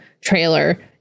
trailer